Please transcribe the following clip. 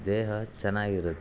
ದೇಹ ಚೆನ್ನಾಗಿರುತ್ತೆ